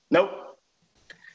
Nope